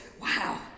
wow